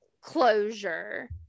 closure